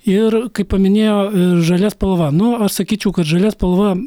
ir kaip paminėjo žalia spalva nu aš sakyčiau kad žalia spalva